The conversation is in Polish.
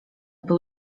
był